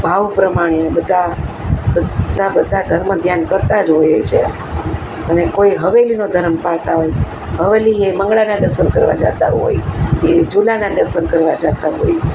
ભાવ પ્રમાણે બધા બધા બધા ધર્મ ધ્યાન કરતાં જ હોય છે અને કોઈ હવેલીનો ધરમ પાળતા હોય હવેલીએ મંગળાનાં દર્શન કરવા જતા હોય એ ઝુલાનાં દર્શન કરવા જતા હોય